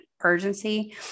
urgency